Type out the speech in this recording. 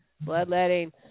Bloodletting